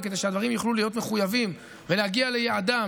וכדי שהדברים יוכלו להיות מחויבים ולהגיע ליעדם